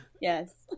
yes